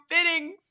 fittings